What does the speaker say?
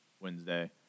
Wednesday